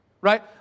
right